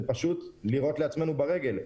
זה פשוט לירות לעצמנו ברגל.